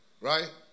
Right